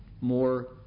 More